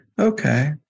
Okay